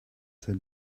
said